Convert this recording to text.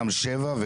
גם שבע,